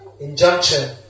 injunction